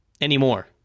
Anymore